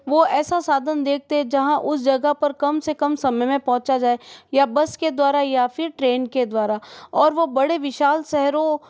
वो ऐसा साधन देखते हैं जहाँ उस जगह पर कम से कम समय में पहुँचा जाए या बस के द्वारा या फिर ट्रेन के द्वारा और वो बड़े विशाल शहरों